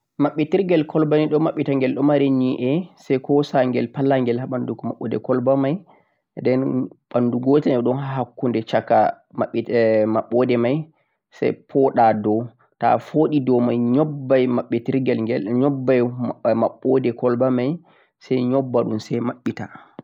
babbitirgel gwalba nei babbitirgel don mari yi'e ko sengel felangel haa bandu babbutu gwalba mei den bandu gotel e'don handun ko caka babbu woodi mei sai fooda doo toh a foodi doowu a yoky'e babbai babbutirger gel o'n yobban babbodei gwalba mei sai yobbon mo sai babbita